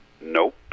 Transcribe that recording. Nope